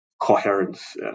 coherence